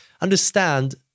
understand